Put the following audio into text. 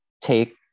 take